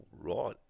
right